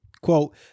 Quote